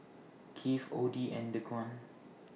Kieth Odie and Dequan